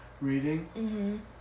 reading